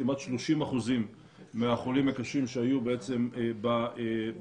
כמעט 30% מהחולים הקשים שהיו